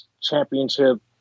Championship